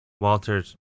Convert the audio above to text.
Walter's